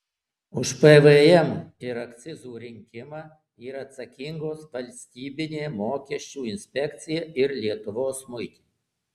už pvm ir akcizų rinkimą yra atsakingos valstybinė mokesčių inspekcija ir lietuvos muitinė